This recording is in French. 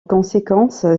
conséquence